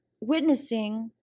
witnessing